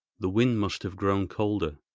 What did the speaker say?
the wind must have grown colder,